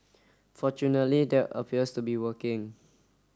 fortunately that appears to be working